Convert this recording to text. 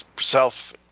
self